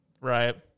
Right